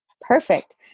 Perfect